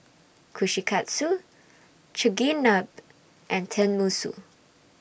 Kushikatsu Chigenabe and Tenmusu